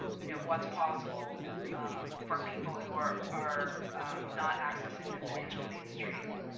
you know, what's possible for people who are are not accessing the financial mainstream.